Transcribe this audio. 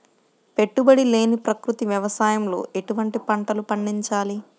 పెట్టుబడి లేని ప్రకృతి వ్యవసాయంలో ఎటువంటి పంటలు పండించాలి?